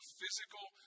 physical